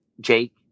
Jake